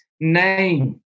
name